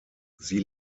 sie